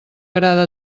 agrada